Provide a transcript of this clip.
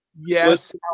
yes